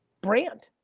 brand.